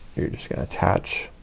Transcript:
you're just gonna attach,